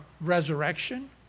resurrection